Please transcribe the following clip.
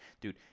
Dude